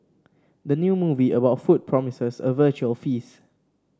the new movie about food promises a visual feast